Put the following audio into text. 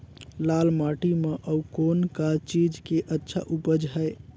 लाल माटी म अउ कौन का चीज के अच्छा उपज है?